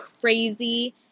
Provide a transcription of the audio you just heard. crazy